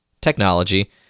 technology